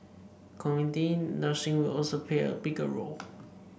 community nursing will also play a bigger role